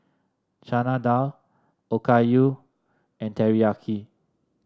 Chana Dal Okayu and Teriyaki